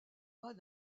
bas